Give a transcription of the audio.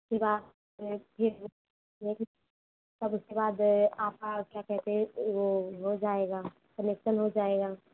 उसके बाद फिर तब उसके बाद आपका क्या कहते है वह हो जाएगा कनेक्सन हो जाएगा